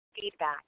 feedback